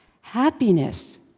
Happiness